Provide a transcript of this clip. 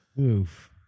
Oof